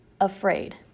afraid